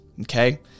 okay